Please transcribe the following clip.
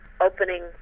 opening